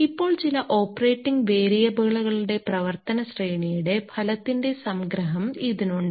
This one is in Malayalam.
ഇപ്പോൾ ചില ഓപ്പറേറ്റിംഗ് വേരിയബിളുകളുടെ പ്രവർത്തന ശ്രേണിയുടെ ഫലത്തിന്റെ സംഗ്രഹം ഇതിനുണ്ട്